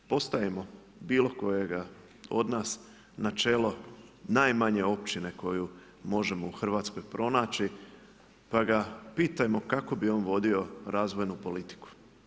O.K. postavimo bilo kojega od nas na čelo najmanje općine koju možemo u Hrvatskoj pronaći pa ga pitajmo kako bi on vodio razvojnu politiku.